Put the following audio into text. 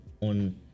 on